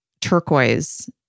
turquoise